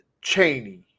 Cheney